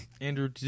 andrew